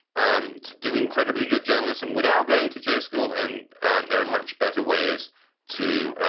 um to do incredibly good journalism without going to j school. and um there are much better ways to